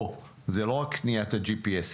זה לא רק קניית ה-GPS,